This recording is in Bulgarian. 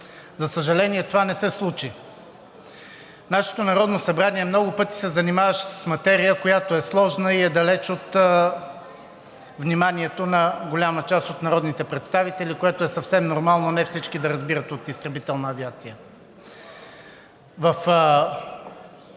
За съжаление това не се случи. Нашето Народното събрание много пъти се занимаваше с материя, която е сложна и е далеч от вниманието на голяма част от народните представители, което е съвсем нормално – не всички разбират от изтребителна авиация.